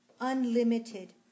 unlimited